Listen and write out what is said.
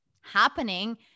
happening